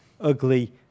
ugly